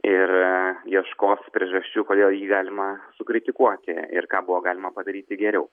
ir ieškos priežasčių kodėl jį galima sukritikuoti ir ką buvo galima padaryti geriau